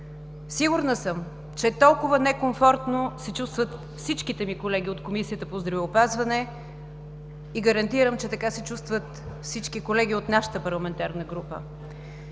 Сигурна съм, че толкова некомфортно се чувстват всичките ми колеги от Комисията по здравеопазване и гарантирам, че така се чувстват всички колеги от нашата парламентарна група.